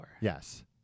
Yes